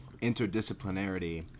interdisciplinarity